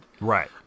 right